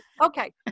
Okay